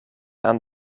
aan